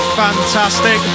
fantastic